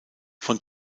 von